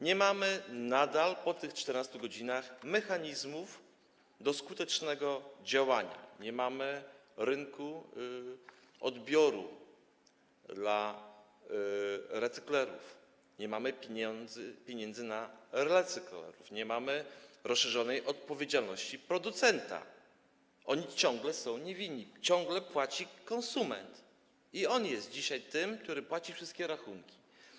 Nadal po tych 14 godzinach nie mamy mechanizmów do skutecznego działania, nie mamy rynku odbioru dla recyklerów, nie mamy pieniędzy na recyklerów, nie mamy rozszerzonej odpowiedzialności producenta, oni ciągle są niewinni, ciągle płaci konsument i on jest dzisiaj tym, który płaci wszystkie rachunki.